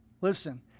Listen